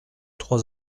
trois